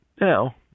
Now